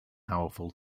powerful